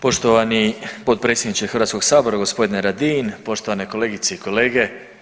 Poštovani potpredsjedniče Hrvatskog sabora, gospodine Radin, poštovane kolegice i kolege.